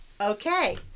okay